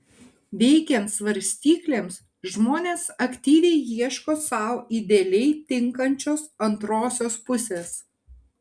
veikiant svarstyklėms žmonės aktyviai ieško sau idealiai tinkančios antrosios pusės